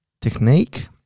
technique